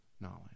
knowledge